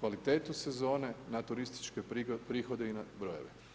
kvalitetu sezone, na turističke prihode i na brojeve.